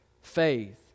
faith